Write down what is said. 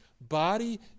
body